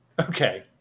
Okay